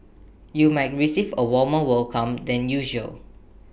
you might receive A warmer welcome than usual